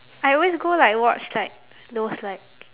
I always go like watch like those like